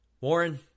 Warren